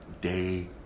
day